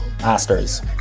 Masters